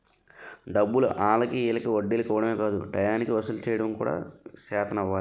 డబ్బులు ఆల్లకి ఈల్లకి వడ్డీలకి ఇవ్వడమే కాదు టయానికి వసూలు సెయ్యడం కూడా సేతనవ్వాలి